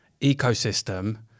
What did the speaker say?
ecosystem